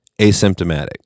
asymptomatic